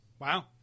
Wow